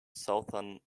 southern